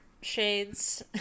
shades